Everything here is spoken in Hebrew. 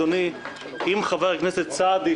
אם חבר הכנסת סעדי,